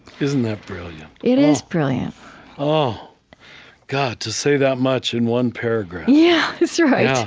isn't that brilliant? it is brilliant oh god, to say that much in one paragraph yeah, that's right.